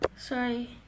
Sorry